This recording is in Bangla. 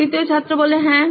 তৃতীয় ছাত্র হ্যাঁ